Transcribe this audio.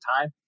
time